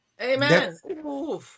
Amen